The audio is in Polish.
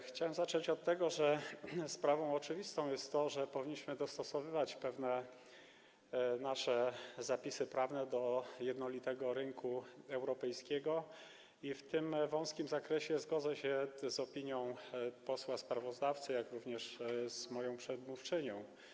Chciałem zacząć od tego, że sprawą oczywistą jest to, że powinniśmy dostosowywać pewne nasze zapisy prawne do jednolitego rynku europejskiego, i w tym wąskim zakresie zgodzę się z opinią posła sprawozdawcy, jak również z moją przedmówczynią.